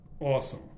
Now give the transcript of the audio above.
Awesome